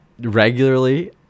regularly